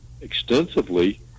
extensively